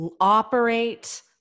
operate